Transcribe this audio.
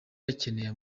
akeneye